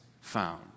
found